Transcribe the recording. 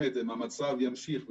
אם המצב ימשיך,